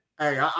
Hey